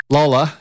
Lola